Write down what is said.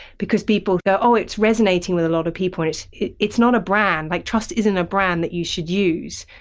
because people go, oh, it's resonating with a lot of people! plus it's not a brand. like trust isn't a brand that you should use.